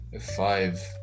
five